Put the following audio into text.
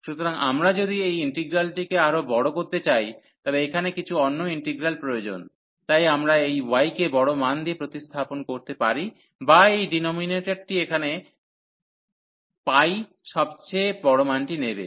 সুতরাং আমরা যদি এই ইন্টিগ্রালটিকে আরও বড় করতে চাই তবে এখানে কিছু অন্য ইন্টিগ্রাল প্রয়োজন তাই আমরা এই y কে বড় মান দিয়ে প্রতিস্থাপন করতে পারি বা এই ডিনমিনেটরটি এখানে সবচেয়ে বড় মানটি নেব